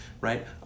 right